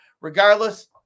regardless